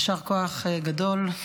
יישר כוח גדול,